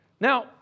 Now